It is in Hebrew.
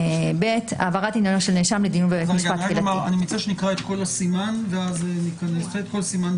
220ב. אני מציע שנקרא את כל סימן ב',